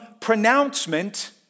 pronouncement